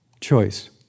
choice